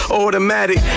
automatic